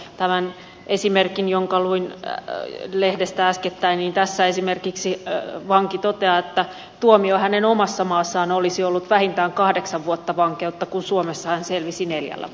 tässä artikkelissa jonka luin lehdestä äskettäin vanki esimerkiksi toteaa että tuomio hänen omassa maassaan olisi ollut vähintään kahdeksan vuotta vankeutta kun suomessa hän selvisi neljä